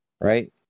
right